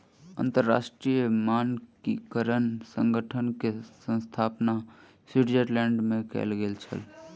अंतरराष्ट्रीय मानकीकरण संगठन के स्थापना स्विट्ज़रलैंड में कयल गेल छल